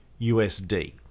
USD